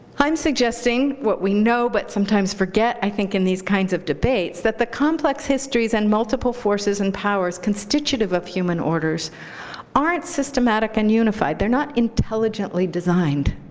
i'm suggesting what we know but sometimes forget, i think, in these kinds of debates, that the complex histories and multiple forces and powers constitutive of human orders aren't systematic and unified. they're not intelligently designed.